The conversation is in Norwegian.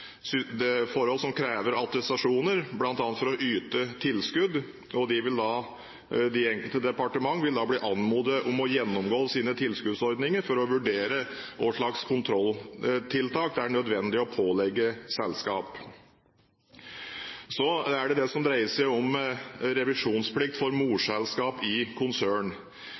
gå gjennom forhold som krever attestasjoner, bl.a. for å yte tilskudd. De enkelte departementer vil bli anmodet om å gjennomgå sine tilskuddsordninger for å vurdere hva slags kontrolltiltak som er nødvendig å pålegge selskap. Så er det det som dreier seg om revisjonsplikt for morselskap i konsern.